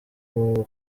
b’ubu